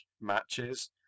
matches